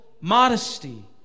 modesty